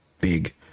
big